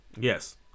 yes